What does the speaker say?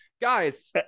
Guys